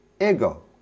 ego